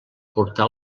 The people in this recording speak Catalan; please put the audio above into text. portar